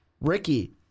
Ricky